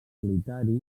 solitari